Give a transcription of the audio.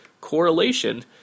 correlation